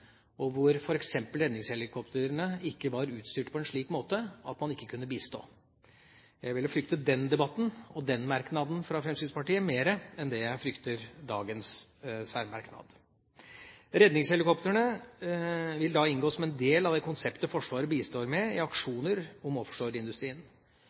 og hvor f.eks. redningshelikoptrene var utstyrt på en slik måte at de ikke kunne bistå. Jeg ville frykte den debatten og den merknaden fra Fremskrittspartiet mer enn jeg frykter dagens særmerknad. Redningshelikoptrene vil inngå som en del av det konseptet Forsvaret bistår med i